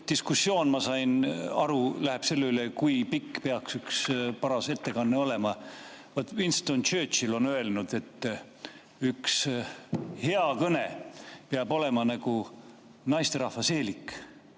Diskussioon, ma sain aru, käib selle üle, kui pikk peaks üks paras ettekanne olema. Winston Churchill on öelnud, et üks hea kõne peab olema nagu naisterahva seelik: